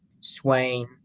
Swain